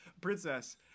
princess